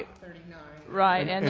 thirty nine right. and